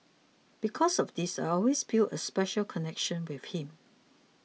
because of this I always feel a special connection with him